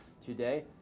today